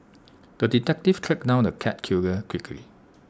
the detective tracked down the cat killer quickly